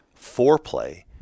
foreplay